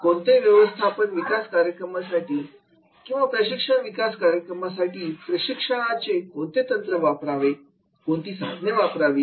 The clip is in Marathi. कोणतेही व्यवस्थापन विकास कार्यक्रमासाठी किंवा शिक्षकांच्या विकास कार्यक्रमासाठी प्रशिक्षणाचे कोणते तंत्र वापरावे कोणती साधने वापरावी